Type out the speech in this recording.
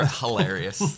hilarious